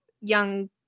young